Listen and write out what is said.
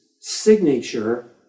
signature